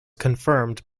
confirmed